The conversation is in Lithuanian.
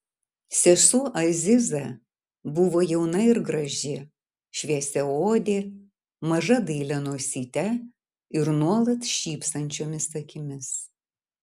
sesuo aziza buvo jauna ir graži šviesiaodė maža dailia nosyte ir nuolat šypsančiomis akimis